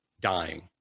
dying